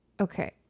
Okay